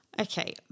Okay